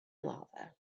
lava